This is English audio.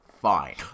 fine